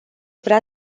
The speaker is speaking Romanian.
vrea